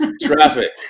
Traffic